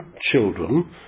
children